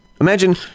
Imagine